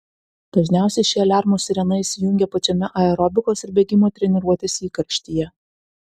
dažniausiai ši aliarmo sirena įsijungia pačiame aerobikos ar bėgimo treniruotės įkarštyje